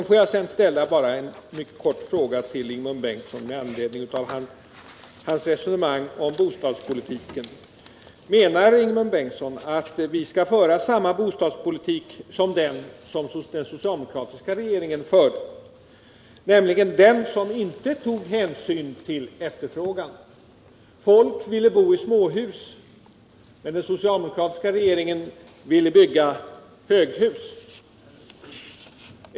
Får jag sedan ställa en mycket kort fråga till Ingemund Bengtsson med anledning av hans resonemang om bostadspolitiken: Menar Ingemund Bengtsson att vi skall föra samma bostadspolitik som den socialdemokratiska regeringen förde, nämligen den som inte tog hänsyn till efterfrågan? Folk ville bo i småhus, men den socialdemokratiska regeringen ville bygga höghus.